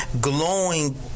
glowing